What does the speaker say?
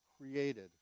created